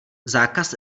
zákaz